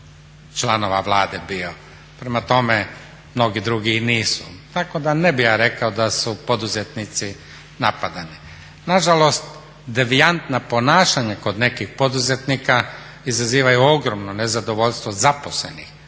članova Vlade bio. Prema tome, mnogi drugi i nisu. Tako da ne bi ja rekao da su poduzetnici napadani. Nažalost devijantna ponašanja kod nekih poduzetnika izazivaju ogromno nezadovoljstvo zaposlenih